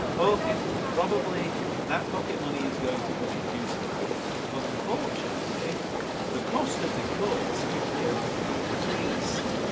ok, probably that pocket money is going to come in useful because unfortunately the cost of the course is going to be increased.